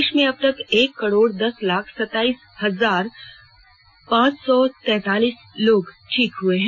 देश में अब तक एक करोड़ दस लाख सत्ताईस हजार पांच सौ तैंतालीस लोग ठीक हुए हैं